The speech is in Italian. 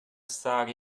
stare